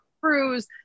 cruise